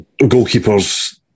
goalkeepers